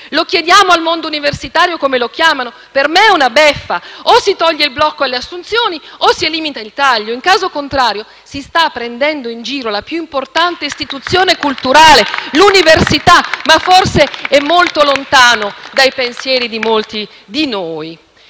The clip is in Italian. Lo chiediamo al mondo universitario come lo chiamano? Per me è una beffa: o si toglie il blocco alle assunzioni o si elimina il taglio. In caso contrario si sta prendendo in giro la più importante istituzione culturale, l'università. Ma forse questo è molto lontano dai pensieri di molti di noi.